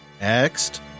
next